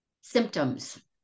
symptoms